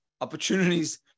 opportunities